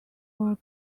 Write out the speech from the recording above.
were